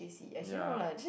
yea